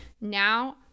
Now